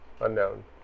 unknown